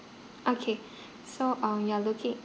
okay so um you're looking